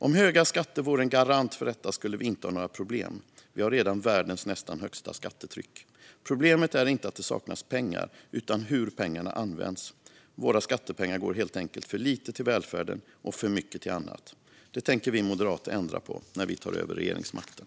Om höga skatter vore en garant för detta skulle vi inte ha några problem. Vi har redan nästan världens högsta skattetryck. Problemet är inte att det saknas pengar utan hur pengarna används. Våra skattepengar går helt enkelt för lite till välfärden och för mycket till annat. Det tänker vi moderater ändra på när vi tar över regeringsmakten.